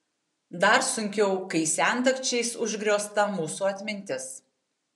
dar sunkiau kai sendaikčiais užgriozta mūsų atmintis